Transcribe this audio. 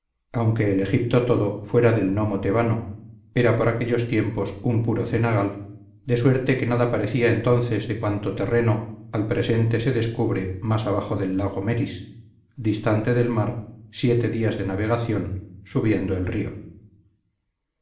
aunque el egipto todo fuera del nomo tebano era por aquellos tiempos un puro cenagal de suerte que nada parecía entonces de cuanto terreno al presente se descubre más abajo del lago meris distante del mar siete días de navegación subiendo el río